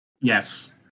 yes